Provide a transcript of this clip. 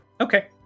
okay